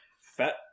Fat